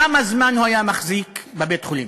כמה זמן הוא היה מחזיק בבית-החולים?